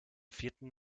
vierten